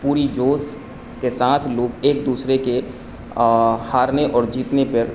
پوری جوش کے ساتھ لوگ ایک دوسرے کے ہارنے اور جیتنے پر